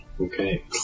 Okay